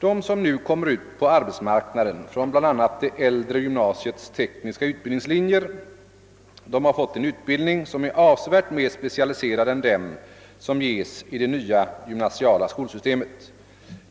De som nu kommer ut på arbetsmarknaden från bl.a. det äldre gymnasiets tekniska utbildningslinjer har fått en utbildning som är avsevärt mer specialiserad än den som ges i det nya gymnasiala skolsystemet.